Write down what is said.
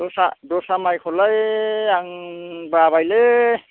दस्रा दस्रा माइखौलाय आं बाबायलै